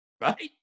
Right